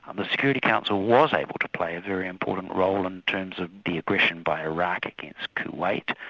um the security council was able to play a very important role in terms of the aggression by iraq against kuwait,